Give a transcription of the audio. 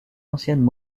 anciennes